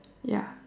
ya